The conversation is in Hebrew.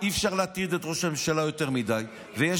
אי-אפשר להטריד את ראש הממשלה יותר מדי, ב.